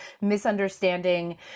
misunderstanding